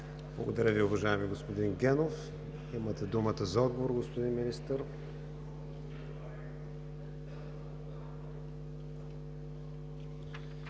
Благодаря Ви, уважаеми господин Генов. Имате думата за отговор, господин Министър.